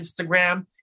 Instagram